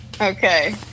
Okay